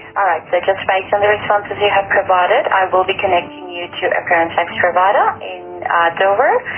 all right so just based on the responses you have provided, i will be connecting you to a parentsnext provider ah dover.